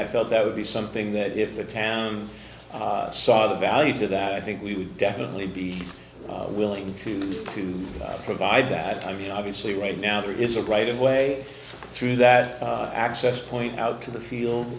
i felt that would be something that if the town saw the value to that i think we would definitely be willing to do to provide that i mean obviously right now there is a right of way through that access point out to the field